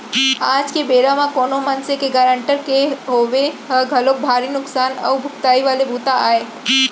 आज के बेरा म कोनो मनसे के गारंटर के होवई ह घलोक भारी नुकसान अउ भुगतई वाले बूता आय